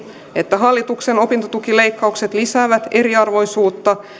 että hallituksen opintotukileikkaukset lisäävät eriarvoisuutta